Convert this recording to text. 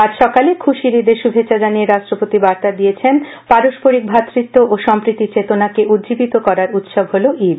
আজ সকালে খুশির ঈদের শুভেচ্ছা জানিয়ে রাট্টপতি বার্তা দিয়েছেন পারস্পরিক ভ্রাতৃত্ব ও সম্প্রীতির চেতনাকে উঙ্গীবিত করার উৎসব হল ঈদ